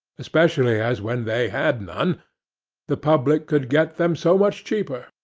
especially as when they had none the public could get them so much cheaper.